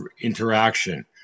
interaction